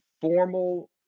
formal